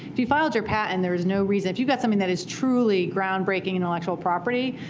if you've filed your patent, there's no reason. if you've got something that is truly groundbreaking intellectual property,